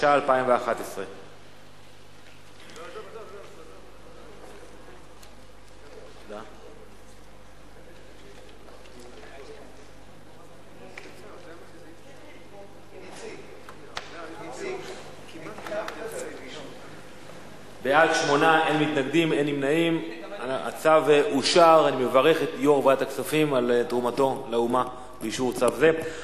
התשע"א 2011. החלטת ועדת הכספים בדבר אישור צו תעריף